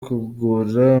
kugura